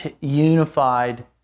unified